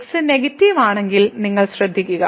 x negative ആണെങ്കിൽ നിങ്ങൾ ശ്രദ്ധിക്കുക